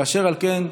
אשר על כן,